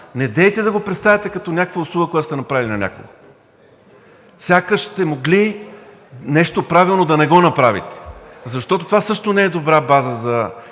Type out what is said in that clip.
недейте да го представяте като някаква услуга, която сте направили на някого. Сякаш сте могли нещо правилно да не го направите, защото това също не е добра база за